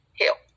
help